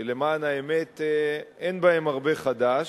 שלמען האמת אין בהן הרבה חדש.